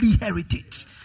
heritage